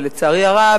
ולצערי הרב,